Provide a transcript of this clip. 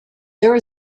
there